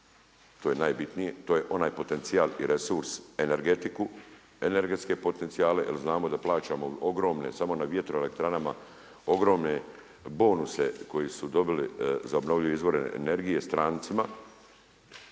to je najbitnije, to je onaj potencijal i resurs energetiku, energetske potencijale jel znamo da plaćamo ogromne samo na vjetroelektranama ogromne bonuse koji su dobili za obnovljive izvore energije strancima.